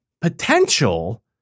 potential